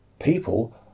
people